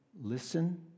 listen